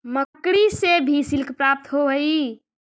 मकड़ि से भी सिल्क प्राप्त होवऽ हई